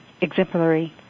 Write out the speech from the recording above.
exemplary